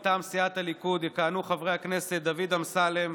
מטעם סיעת הליכוד יכהנו חברי הכנסת דוד אמסלם,